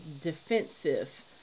defensive